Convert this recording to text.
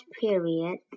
period